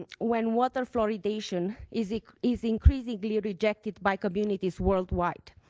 when water fluoridation is like is increasingly rejected by communities worldwide.